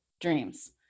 dreams